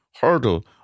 hurdle